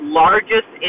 largest